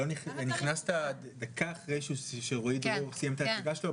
אתה נכנסת דקה אחרי שרועי סיים את ההצגה שלו,